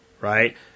right